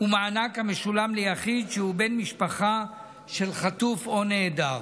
ומענק המשולם ליחיד שהוא בן משפחה של חטוף או נעדר.